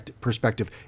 perspective